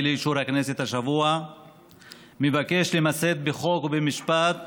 לאישור הכנסת השבוע מבקש למסד בחוק ובמשפט